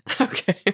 Okay